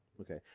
Okay